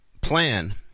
plan